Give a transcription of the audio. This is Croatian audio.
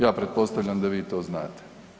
Ja pretpostavljam da vi to znate.